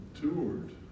toured